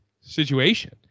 situation